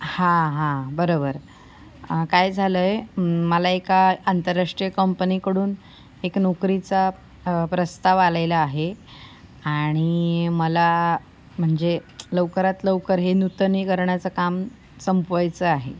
हां हां बरोबर काय झालं आहे मला एका आंतरराष्ट्रीय कंपनीकडून एक नोकरीचा प्रस्ताव आलेला आहे आणि मला म्हणजे लवकरात लवकर हे नूतनीकरणाचं काम संपवायचं आहे